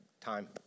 time